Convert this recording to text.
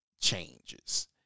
changes